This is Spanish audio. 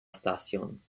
estación